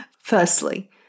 Firstly